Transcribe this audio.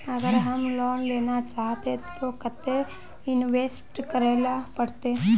अगर हम लोन लेना चाहते तो केते इंवेस्ट करेला पड़ते?